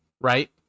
Right